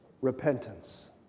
Repentance